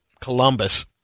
Columbus